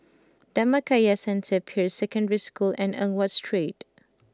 Dhammakaya Centre Peirce Secondary School and Eng Watt Street